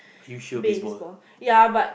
you sure baseball